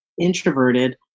introverted